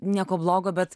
nieko blogo bet